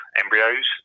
embryos